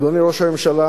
אדוני ראש הממשלה,